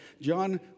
John